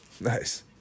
Nice